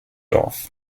off